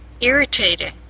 irritating